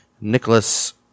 Nicholas